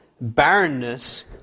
barrenness